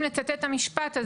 אם לצטט את המשפט,